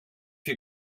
you